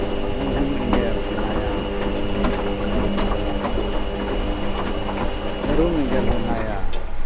ᱧᱩᱦᱩᱢ ᱮᱸᱜᱮᱞ ᱢᱮᱱᱟᱭᱟ ᱥᱮ ᱡᱟᱹᱨᱩᱢ ᱮᱸᱜᱮᱞ ᱢᱮᱱᱟᱭᱟ